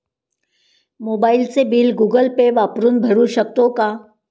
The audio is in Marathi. मोबाइलचे बिल गूगल पे वापरून भरू शकतो का?